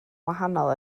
wahanol